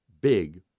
big